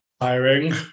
tiring